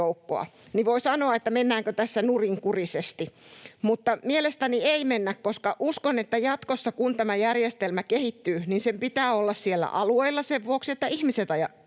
niin voi sanoa, että mennäänkö tässä nurinkurisesti. Mutta mielestäni ei mennä, koska uskon, että jatkossa, kun tämä järjestelmä kehittyy, sen pitää olla siellä alueilla sen vuoksi, että ihmiset asuvat